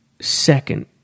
second